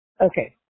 Okay